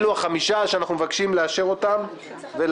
אלו החמישה שאנחנו מבקשים לאשר ולהצביע.